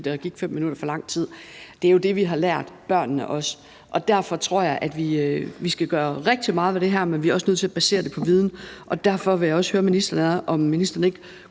der gik 5 minutter for lang tid. Og det er jo også det, vi har lært børnene, og derfor tror jeg, at vi skal gøre rigtig meget ved det her, men at vi også er nødt til at basere det på viden. Derfor vil jeg også høre ministeren, om ministeren ikke